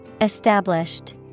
Established